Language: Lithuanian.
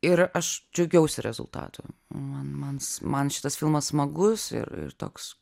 ir aš džiaugiausi rezultatu man man man šitas filmas smagus ir ir toks